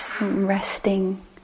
resting